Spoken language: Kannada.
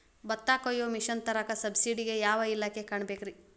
ಭತ್ತ ಕೊಯ್ಯ ಮಿಷನ್ ತರಾಕ ಸಬ್ಸಿಡಿಗೆ ಯಾವ ಇಲಾಖೆ ಕಾಣಬೇಕ್ರೇ?